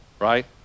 right